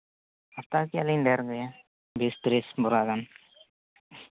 ᱦᱟᱛᱟᱣ ᱠᱮᱭᱟᱞᱤᱧ ᱰᱷᱮᱨ ᱜᱮ ᱵᱤᱥ ᱛᱤᱨᱤᱥ ᱵᱷᱚᱨᱟ ᱜᱟᱱ